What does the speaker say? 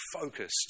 focused